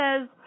says